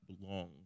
belong